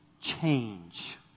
change